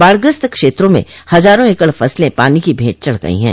बाढ़ग्रस्त क्षेत्रों मे हजारों एकड़ फसलें पानी की भंट चढ़ गयी हैं